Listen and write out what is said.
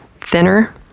thinner